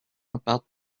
about